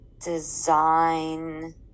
design